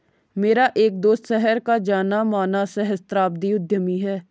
मेरा एक दोस्त शहर का जाना माना सहस्त्राब्दी उद्यमी है